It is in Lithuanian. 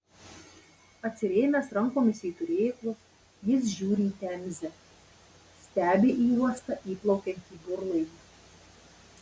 atsirėmęs rankomis į turėklus jis žiūri į temzę stebi į uostą įplaukiantį burlaivį